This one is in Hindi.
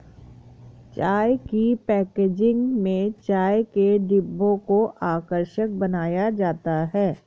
चाय की पैकेजिंग में चाय के डिब्बों को आकर्षक बनाया जाता है